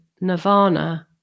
Nirvana